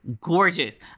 gorgeous